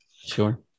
sure